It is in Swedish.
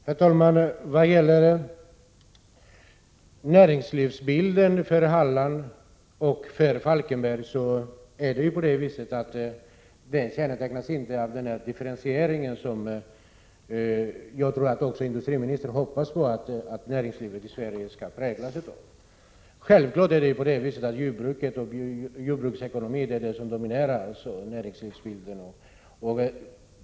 Herr talman! Vad gäller näringslivsbilden för Halland och Falkenberg, kännetecknas den inte av den differentiering som jag tror att även industriministern hoppas att näringslivet i Sverige präglas av. Självfallet är det jordbruket och jordbruksekonomin som dominerar näringslivsbilden i Halland.